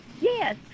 yes